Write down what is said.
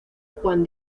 juan